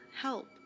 Help